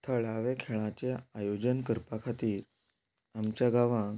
थळावे खेळाचे आयोजन करपा खातीर आमच्या गांवांत